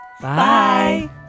Bye